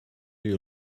you